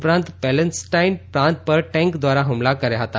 ઉપરાંત પેલેસ્ટાઇન પ્રાંત પર ટેન્ક દ્વારા હુમલા કર્યા હતા